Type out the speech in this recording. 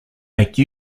make